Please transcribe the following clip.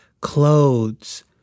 clothes